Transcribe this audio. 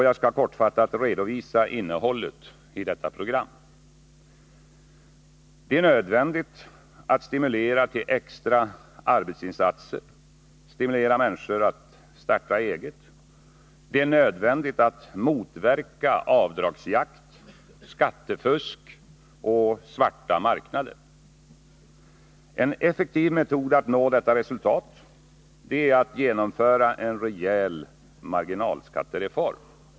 Jag skall kortfattat redovisa innehållet i detta program. Det är nödvändigt att stimulera till extra arbetsinsatser och att stimulera människor till att starta eget. Det är nödvändigt att motverka avdragsjakt, skattefusk och svarta marknader. En effektiv metod att nå detta resultat är att genomföra en rejäl marginalskattereform.